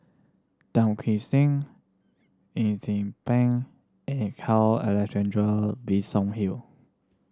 Tan Kim Sing Eng Zee Peng and Carl Alexander Bison Hill